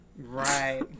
right